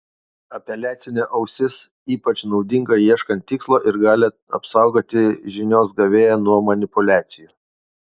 apeliacinė ausis ypač naudinga ieškant tikslo ir gali apsaugoti žinios gavėją nuo manipuliacijų